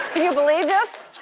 you believe this?